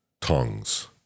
tongues